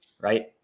right